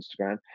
Instagram